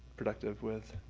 productive with.